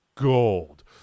gold